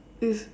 it's